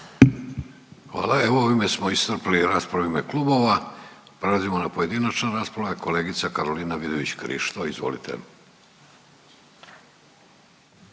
Hvala. Evo, ovime smo iscrpili rasprave u ime klubova. Prelazimo na pojedinačne rasprave, kolegica Karolina Vidović Krišto, izvolite.